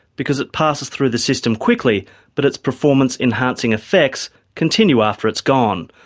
because it passes through the system quickly but its performance enhancing effects continue after it's gone.